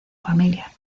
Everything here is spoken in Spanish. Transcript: familia